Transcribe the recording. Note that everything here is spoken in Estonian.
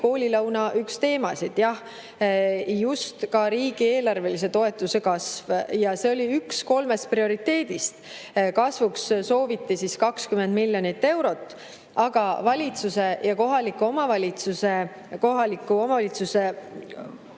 koolilõuna üks teemasid. Jah, just ka riigieelarvelise toetuse kasv. Ja see oli üks kolmest prioriteedist. Kasvuks sooviti siis 20 miljonit eurot, aga valitsuse ja kohalike omavalitsuste ühine kokkulepe